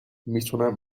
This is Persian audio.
میتونم